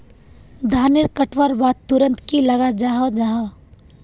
धानेर कटवार बाद तुरंत की लगा जाहा जाहा?